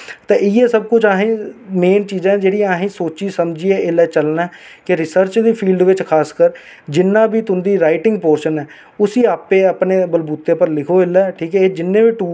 अज्ज मिगी कुसै ने इयां आखेआ अज्ज इद्धर बैठी दी ऐ अज्ज उद्धर बैठी दी ऐ मतलब उस चीज दा हून जिसलै मिगी पता लगदा ते में चुप गुम होई जाना कि केह् होई गेआ मेरे कन्नै कि मिगी इनें इयां आक्खी ओड़ेया पर फिर मेरे इक बारी मेरे डैडी ने मिगी आखेआ बच्चा जिसलै कुसे दी बुराई शुरु होंदी ना